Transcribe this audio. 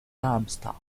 darmstadt